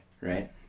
right